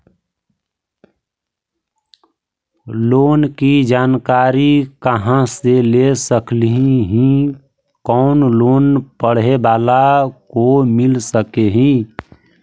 Loan की जानकारी कहा से ले सकली ही, कोन लोन पढ़े बाला को मिल सके ही?